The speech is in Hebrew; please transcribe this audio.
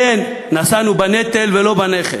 כן, נשאנו בנטל, ולא בנכס.